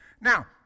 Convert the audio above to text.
Now